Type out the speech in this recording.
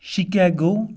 Chicago